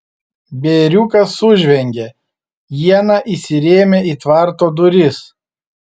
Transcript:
bėriukas sužvengė iena įsirėmė į tvarto duris